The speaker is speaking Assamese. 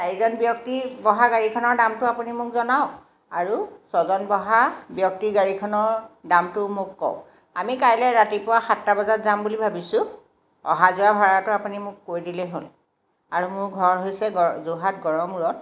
চাৰিজন ব্যক্তিৰ বহা গাড়ীখনৰ দামটো আপুনি মোক জনাওক আৰু ছজন বহা ব্যক্তি গাড়ীখনৰ দামটো মোক কওক আমি কাইলৈ ৰাতিপুৱা সাতটা বজাত যাম বুলি ভাবিছোঁ অহা যোৱা ভাড়াটো আপুনি মোক কৈ দিলেই হ'ল আৰু মোৰ ঘৰ হৈছে গৰ যোৰহাট গড়মূৰত